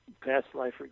past-life